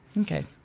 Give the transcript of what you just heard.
okay